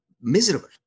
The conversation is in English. miserable